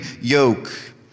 yoke